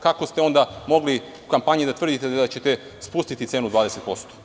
Kako ste onda mogli u kampanji da tvrdite da ćete spustiti cenu 20%